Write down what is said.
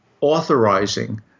authorizing